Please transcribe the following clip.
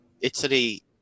Italy